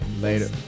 Later